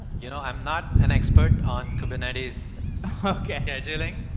you know i'm not an expert on kubernetes scheduling.